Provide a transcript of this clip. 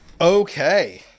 okay